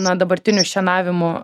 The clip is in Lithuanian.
na dabartiniu šienavimu